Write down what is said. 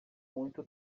muito